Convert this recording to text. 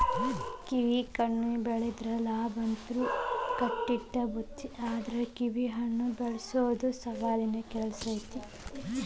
ಕಿವಿಹಣ್ಣ ಬೆಳದ್ರ ಲಾಭಂತ್ರು ಕಟ್ಟಿಟ್ಟ ಬುತ್ತಿ ಆದ್ರ ಕಿವಿಹಣ್ಣ ಬೆಳಸೊದು ಸವಾಲಿನ ಕೆಲ್ಸ ಐತಿ